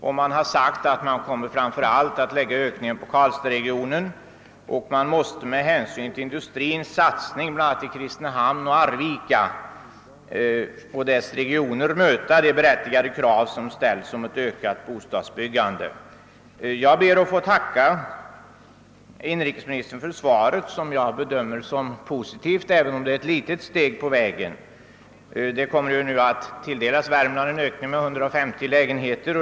Man har vidare framhållit att ökningen framför allt kommer att avse Karlstadsregionen och att man med hänsyn till industrins satsningar bl.a. i Kristinehamnsoch Arvikaregionerna måste söka möta även härav föranledda berättigade krav på ökat bostadsbyggande. Jag ber att få tacka inrikesministern för svaret på min fråga. Jag bedömer det som positivt, även om det bara innebär ett litet steg på vägen. Värmland kommer nu att beviljas en ökning av bostadslånekvoten med 150 lägenheter.